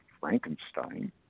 Frankenstein